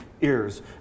ears